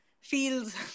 feels